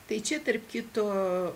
tai čia tarp kito